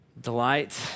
Delight